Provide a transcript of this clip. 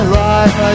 life